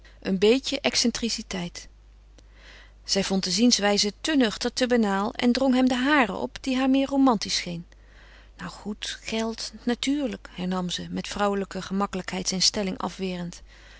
een beetje excentriciteit zij vond de zienswijze te nuchter te banaal en drong hem de hare op die haar meer romantisch scheen nu goed geld natuurlijk hernam ze met vrouwelijke gemakkelijkheid zijn stelling afwerend